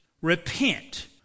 repent